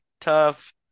tough